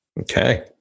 Okay